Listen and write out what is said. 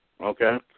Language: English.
Okay